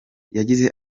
yagize